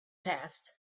passed